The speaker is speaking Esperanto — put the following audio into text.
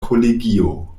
kolegio